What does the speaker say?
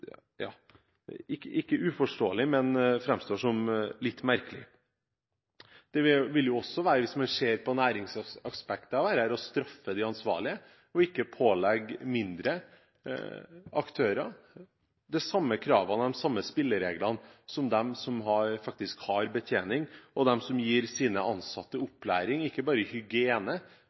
vil også være, hvis man ser på næringsaspektet av dette, å straffe de ansvarlige ikke å pålegge mindre aktører de samme kravene og de samme spillereglene som dem som faktisk har betjening, og de som gir sine ansatte opplæring, ikke bare i hygiene.